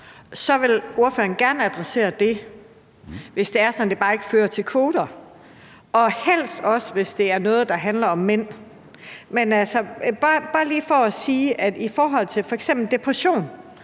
vil ordføreren gerne adressere det, hvis bare det er sådan, at det ikke fører til kvoter, og helst også, hvis det er noget, der handler om mænd. Men jeg vil bare lige sige, at i forhold til f.eks. depression